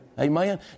Amen